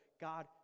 God